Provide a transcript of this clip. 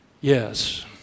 Yes